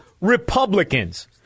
Republicans